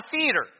theater